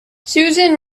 susan